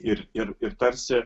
ir ir ir tarsi